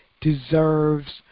deserves